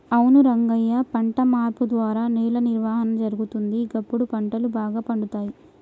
అవును రంగయ్య పంట మార్పు ద్వారా నేల నిర్వహణ జరుగుతుంది, గప్పుడు పంటలు బాగా పండుతాయి